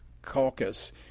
caucus